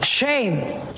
Shame